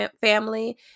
family